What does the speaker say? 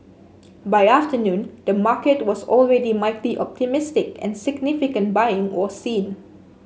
by afternoon the market was already mildly optimistic and significant buying was seen